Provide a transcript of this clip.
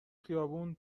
خیابون